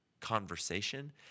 conversation